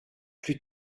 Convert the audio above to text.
plus